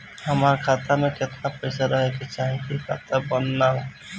हमार खाता मे केतना पैसा रहे के चाहीं की खाता बंद ना होखे?